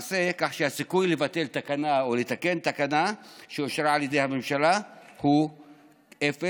כך שהסיכוי לבטל תקנה או לתקן תקנה שאושרה על ידי הממשלה הוא אפס,